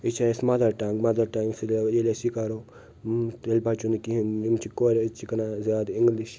یہِ چھِ اسہِ مَدَر ٹنٛگ مَدَر ٹنٛگ سۭتۍ اگر ییٚلہِ أسۍ یہِ کرو تیٚلہِ بچوٚو نہٕ کہیٖنۍ یِم چھِ کورِ أزچہِ کران زیادٕ انٛگلِش